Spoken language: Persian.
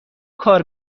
کار